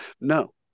No